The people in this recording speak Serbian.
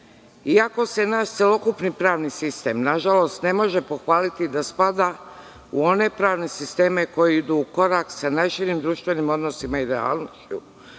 se naš celokupni pravni sistem, nažalost, ne može pohvaliti da spada u one pravne sisteme koji idu u korak sa najširim društvenim odnosima i realnošću,